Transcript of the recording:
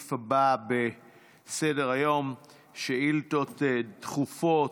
הסעיף הבא בסדר-היום, שאילתות דחופות.